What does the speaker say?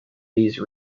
these